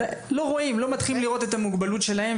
לא רואים, לא מתחילים לראות את המוגבלות שלהם.